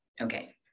okay